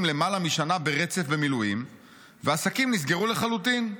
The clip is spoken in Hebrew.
למעלה משנה ברצף במילואים ועסקים נסגרו לחלוטין.